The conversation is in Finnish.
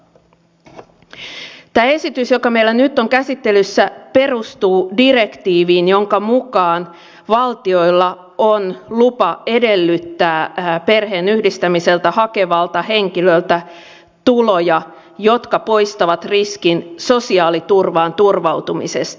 tämä esitys joka meillä nyt on käsittelyssä perustuu direktiiviin jonka mukaan valtioilla on lupa edellyttää perheenyhdistämistä hakevalta henkilöltä tuloja jotka poistavat riskin sosiaaliturvaan turvautumisesta